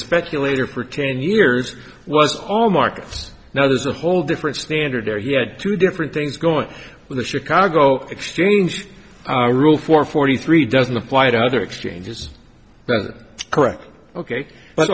speculator for ten years was all markets now there's a whole different standard there he had two different things going with the chicago exchange rule for forty three doesn't apply to other exchanges correct ok but